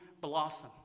blossom